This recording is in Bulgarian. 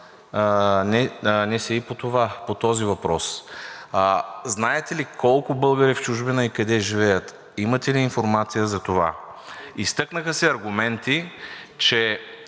има НСИ по този въпрос? Знаете ли колко българи са в чужбина и къде живеят? Имате ли информация за това? Изтъкнаха се аргументи, че